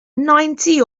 ninety